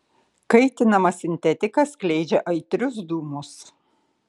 kaitinama sintetika skleidžia aitrius dūmus